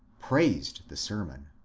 praised the sermon.